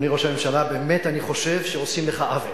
אדוני ראש הממשלה, באמת אני חושב שעושים לך עוול,